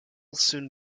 soon